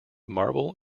marble